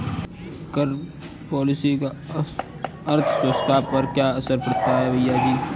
कर पॉलिसी का अर्थव्यवस्था पर क्या असर पड़ता है, भैयाजी?